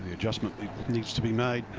ah adjustment needs to be made.